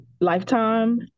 Lifetime